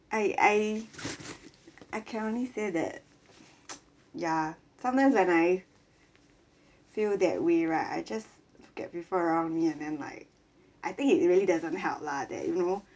I I I can only say that ya sometimes when I feel that way right I just look at people around me and then like I think it really doesn't help lah that you know